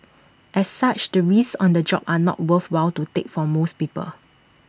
as such the risks on the job are not worthwhile to take for most people